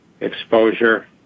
exposure